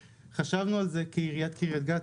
חשבנו על זה כעיריית קריית גת,